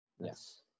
yes